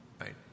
right